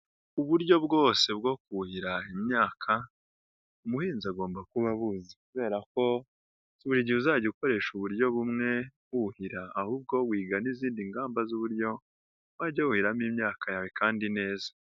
Uburyo bwose bwo kuhira imyaka, umuhinzi agomba kuba abuzi kubera ko buri gihe uzajya ukoresha uburyo bumwe wuhira, ahubwo wiga n'izindi ngamba z'uburyo wajya wuhiramo imyaka yawe kandi neza.